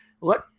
Let